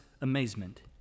amazement